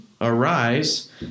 Arise